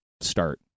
start